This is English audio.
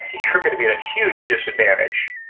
you're going to be at a huge disadvantage.